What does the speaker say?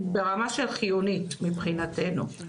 היא ברמה של חיונית מבחינתנו.